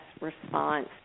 response